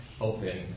open